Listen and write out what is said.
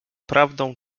prawdą